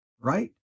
right